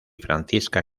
francisca